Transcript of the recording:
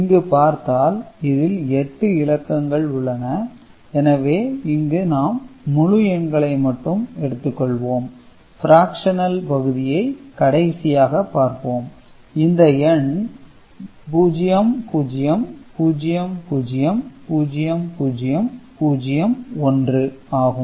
இங்கு பார்த்தால் இதில் 8 இலக்கங்கள் உள்ளன எனவே இங்கு நாம் முழு எண்களை மட்டும் எடுத்து கொள்வோம் பிராக்ஸனல் பகுதியை கடைசியாக பார்ப்போம் இந்த எண் 0 0 0 0 0 0 0 1 ஆகும்